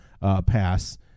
pass